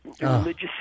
religious